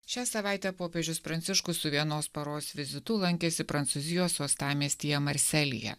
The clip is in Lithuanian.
šią savaitę popiežius pranciškus su vienos paros vizitu lankėsi prancūzijos uostamiestyje marselyje